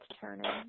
turning